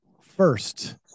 first